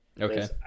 Okay